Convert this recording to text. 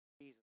Jesus